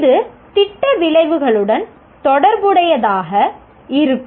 இது திட்ட விளைவுகளுடன் தொடர்புடையதாக இருக்கும்